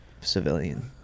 civilian